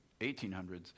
1800s